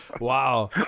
Wow